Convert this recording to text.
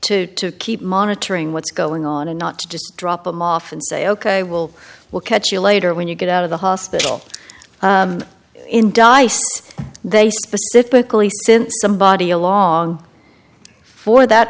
to keep monitoring what's going on and not to just drop them off and say ok we'll we'll catch you later when you get out of the hospital in dice they specifically since somebody along for that